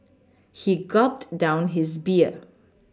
he gulped down his beer